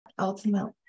Ultimately